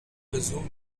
bezono